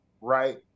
right